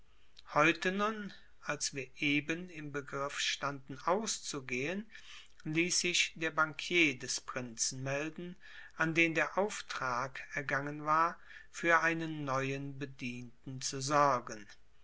heute nun als wir eben im begriff standen auszugehen ließ sich der bankier des prinzen melden an den der auftrag ergangen war für einen neuen bedienten zu sorgen